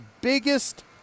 biggest